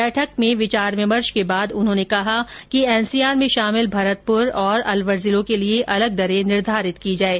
बैठक में विचार विमर्श के बाद उन्होंने कहा कि एनसीआर में शामिल भरतपुर तथा अलवर जिलों के लिए अलग दरें निर्धारित की जाएं